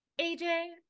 AJ